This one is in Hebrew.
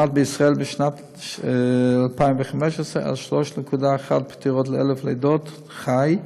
ועמד בישראל בשנת 2015 על 3.1 פטירות ל-1,000 לידות חי,